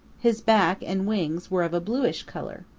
his back and wings were of a bluish color.